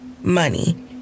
money